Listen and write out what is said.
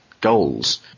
goals